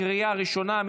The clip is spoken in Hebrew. לקריאה ראשונה.